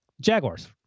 Jaguars